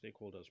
stakeholders